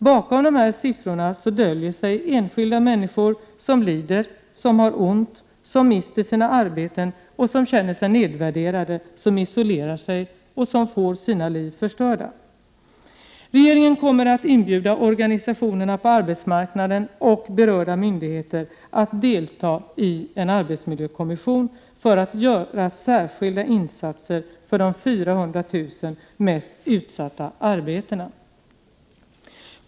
Bakom dessa siffror döljer sig enskilda människor som lider, som har ont, som mister sina arbeten, som känner sig nervärderade, som isolerar sig och som får sina liv förstörda. Regeringen kommer att inbjuda organisationerna på arbetsmarknaden och berörda myndigheter att delta i en arbetsmiljökommission för att göra särskilda insatser för de 400 000 mest utsatta arbetena.